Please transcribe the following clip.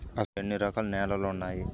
అసలు ఎన్ని రకాల నేలలు వున్నాయి?